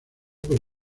por